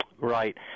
Right